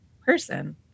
person